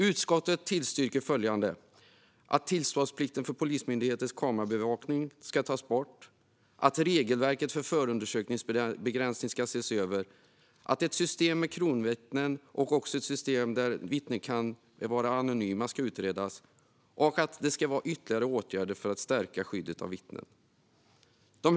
Utskottet tillstyrker att tillståndsplikten för Polismyndighetens kamerabevakning ska tas bort att regelverket för förundersökningsbegränsning ska ses över att ett system med kronvittnen ska utredas att ett system där vittnen kan vara anonyma ska utredas att ytterligare åtgärder ska vidtas för att stärka skyddet av vittnen.